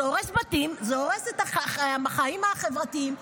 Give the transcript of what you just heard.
זה הורס את החיים החברתיים.